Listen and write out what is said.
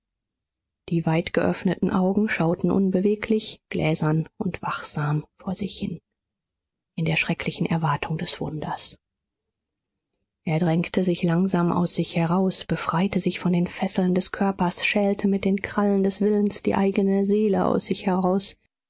die weit geöffneten augen schauten unbeweglich gläsern und wachsam vor sich hin in der schrecklichen erwartung des wunders er drängte sich langsam aus sich heraus befreite sich von den fesseln des körpers schälte mit den krallen des willens die eigene seele aus sich heraus